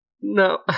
No